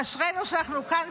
אשרינו שאנחנו כאן,